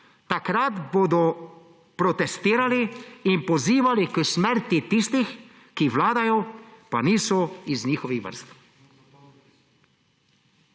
»takrat bodo protestirali in pozivali k smrti tistih, ki vladajo, pa niso iz njihovih vrst«.